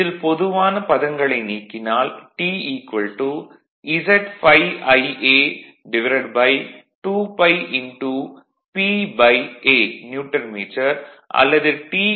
இதில் பொதுவான பதங்களை நீக்கினால் T Z∅Ia2πP A newton metre அல்லது T 0